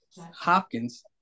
Hopkins